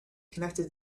connected